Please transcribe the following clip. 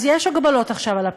אז יש הגבלות עכשיו על הפרסום.